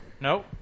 No